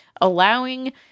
allowing